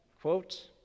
quote